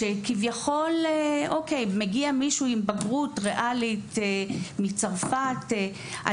אם מגיע מישהו שמחזיק בתעודת בגרות ריאלית מצרפת הוא